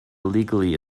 illegally